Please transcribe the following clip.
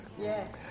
Yes